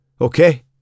Okay